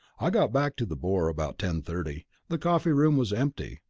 i got back to the boar about ten-thirty. the coffee-room was empty.